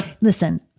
Listen